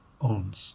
owns